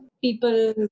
people